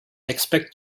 expect